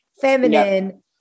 Feminine